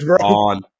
on